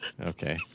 Okay